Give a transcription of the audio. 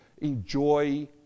enjoy